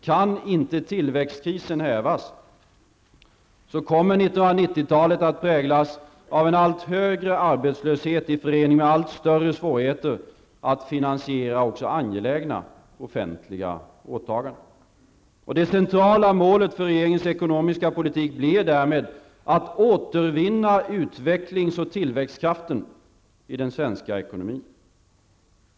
Kan inte tillväxtkrisen hävas kommer 1990-talet att präglas av en allt högre arbetslöshet i förening med allt större svårigheter att finansiera också angelägna offentliga åtaganden. Det centrala målet för regeringens ekonomiska politik blir därmed att återvinna utvecklings och tillväxtkraften i den svenska ekonomin.